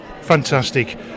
Fantastic